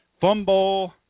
Fumble